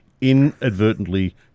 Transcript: inadvertently